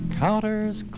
counters